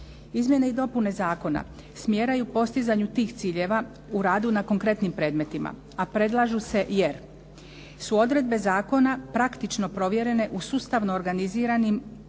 Izmjene i dopune zakona smjeraju postizanju tih ciljeva u radu na konkretnim predmetima, a predlažu se jer su odredbe zakona praktično provjerene u sustavno organiziranim i provedenim